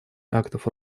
актов